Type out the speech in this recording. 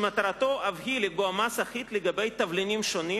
שמטרתו אף היא לקבוע מס אחיד לגבי תבלינים שונים.